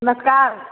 नमस्कार